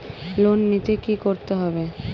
Loan নিতে কী করতে হবে?